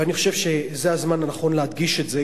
ואני חושב שזה הזמן הנכון להדגיש את זה,